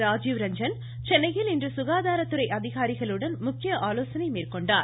ராஜீவ்ரஞ்சன் சென்னையில் தலைமைச் இன்று சுகாதாரத்துறை அதிகாரிகளுடன் முக்கிய ஆலோசனைகளை மேற்கொண்டார்